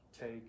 take